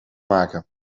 maken